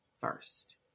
first